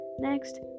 Next